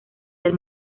del